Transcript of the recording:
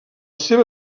seva